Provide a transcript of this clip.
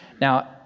Now